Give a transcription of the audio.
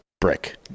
brick